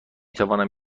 توانم